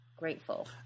grateful